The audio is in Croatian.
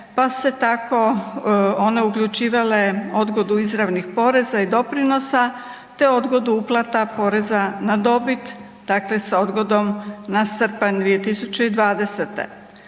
pa se tako one uključivale odgodu izravnih poreza i doprinosa te odgodu uplata poreza na dobit, dakle sa odgodom na srpanj 2020.